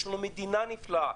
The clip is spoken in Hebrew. יש לנו מדינה נפלאה,